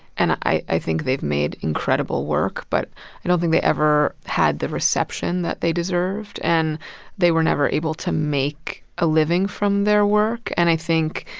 and i i think they've made incredible work. but i don't think they ever had the reception that they deserved. and they were never able to make a living from their work. and i think,